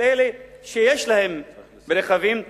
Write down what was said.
של אלה שיש להם רכבים וכו'.